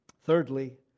Thirdly